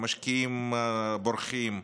המשקיעים בורחים,